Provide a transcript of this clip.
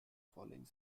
following